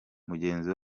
mugenzi